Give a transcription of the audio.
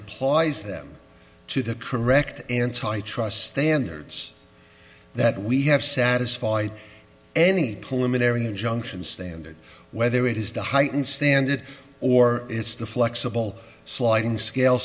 applies them to the correct antitrust standards that we have satisfied any pulmonary injunction standard whether it is the heightened stand or it's the flexible sliding scale